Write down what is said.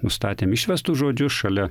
nustatėm išvestus žodžiu šalia